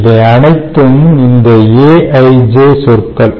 இவை அனைத்தும் இந்த aij சொற்கள்